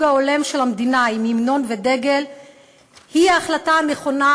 ההולם של המדינה עם המנון ודגל היא ההחלטה הנכונה,